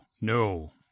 no